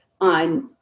on